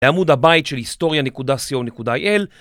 לעמוד הבית של היסטוריה.co.il